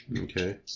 Okay